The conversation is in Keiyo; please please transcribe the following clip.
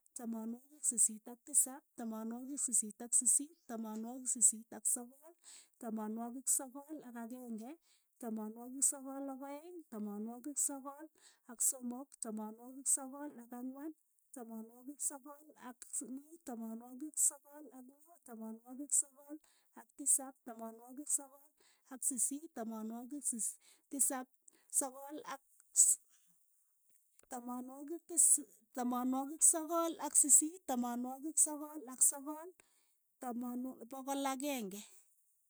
Tamanwogik sisiit ak tisap, tamanwogik sisiit ak sisiit, tamanwogik sisiit ak sogol, tamanwogik sogol, tamanwogik sogol ak akeng'e, tamanwogik sogol ak aeng', tamanwogik sogol ak somok, tamanwogik sogol ak ang'wan, tamanwogik sogol ak muut, tamanwogik sogol ak loo, tamanwogik sogol ak tisap, tamanwogik sogol ak sisiit, tamanwogik sisii tisap sogol, tamanwogik sogol ak sisiit, tamanwogik sogol ak sogol, pogol akeng'e.